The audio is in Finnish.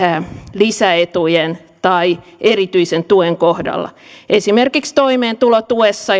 lisäetujen tai erityisen tuen kohdalla esimerkiksi toimeentulotuen